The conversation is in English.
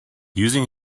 using